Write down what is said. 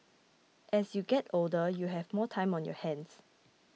as you get older you have more time on your hands